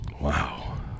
Wow